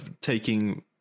taking